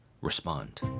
respond